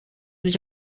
sich